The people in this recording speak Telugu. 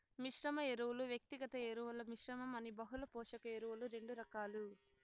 మిశ్రమ ఎరువులు, వ్యక్తిగత ఎరువుల మిశ్రమం అని బహుళ పోషక ఎరువులు రెండు రకాలు